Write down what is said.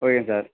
ஓகேங்க சார்